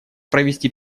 провести